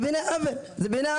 זה בעיניי עוול.